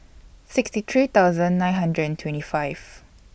sixty three thousand nine hundred and twenty five